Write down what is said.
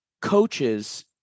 coaches